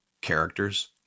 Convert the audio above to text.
characters